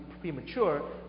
premature